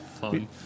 Fun